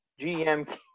GM